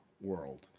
world